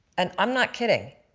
and i'm not kidding.